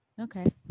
okay